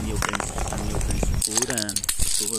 Ñukanchikta, ñukanchik pura shuk